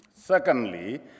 Secondly